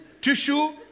tissue